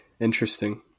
Interesting